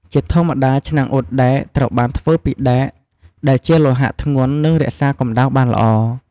ជាធម្មតាឆ្នាំងអ៊ុតដែកត្រូវបានធ្វើពីដែកដែលជាលោហៈធ្ងន់ និងរក្សាកម្ដៅបានល្អ។